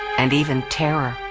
and even terror.